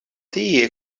tie